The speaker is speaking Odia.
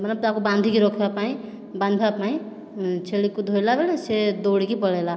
ମାନେ ତାକୁ ବାନ୍ଧିକି ରଖିବା ପାଇଁ ବାନ୍ଧିବା ପାଇଁ ଛେଳିକୁ ଧରିଲା ବେଳେ ସେ ଦଉଡ଼ିକି ପଳାଇଲା